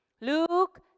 Luke